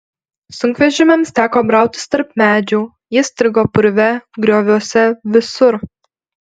sunkvežimiams teko brautis tarp medžių jie strigo purve grioviuose visur